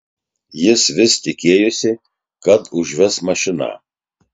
jis vis tikėjosi kad užves mašiną